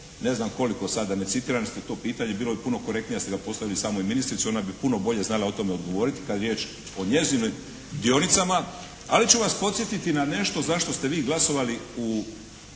ne znam koliko sada, da ne citiram jer ste to pitanje, bilo bi puno korektnije da ste ga postavili samoj ministrici, ona bi puno bolje znala o tome odgovoriti kada je riječ o njezinim dionicama. Ali ću vas podsjetiti na nešto zašto ste vi glasovali u